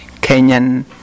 Kenyan